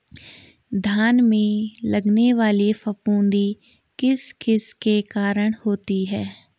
धान में लगने वाली फफूंदी किस किस के कारण होती है?